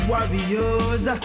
Warriors